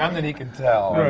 um that he can tell!